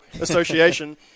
Association